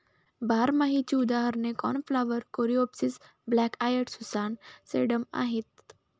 बारमाहीची उदाहरणे cornflower, coreopsis, black eyed Susan, sedum आहेत